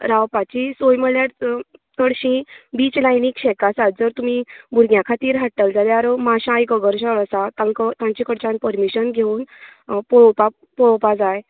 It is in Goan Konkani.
रावपाची सोय म्हाळ्यार च चडशीं बीच लायनीक शेकां आसात जर तुमी भुरग्यां खातीर हाडटले जाल्यार माश्या एक अगर शाळा आसा तांकां तांच्या कडच्यान परमीशन घेवून पळोवपाक पळोवपा जाय